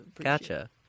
gotcha